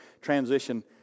transition